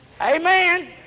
Amen